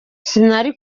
sinari